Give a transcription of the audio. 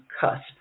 cusp